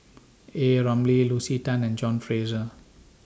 A Ramli Lucy Tan and John Fraser